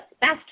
best